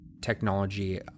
technology